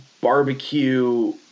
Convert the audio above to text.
barbecue